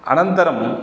अनन्तरं